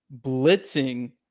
blitzing